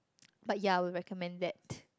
but ya I'll recommend that